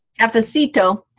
Cafecito